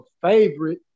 favorite